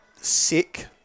sick